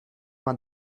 man